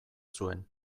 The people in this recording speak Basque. zuen